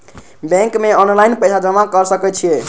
Bank में online पैसा जमा कर सके छीये?